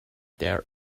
there